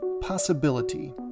possibility